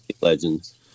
legends